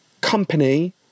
company